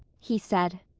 he said.